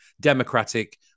democratic